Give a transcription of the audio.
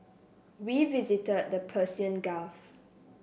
we visited the Persian Gulf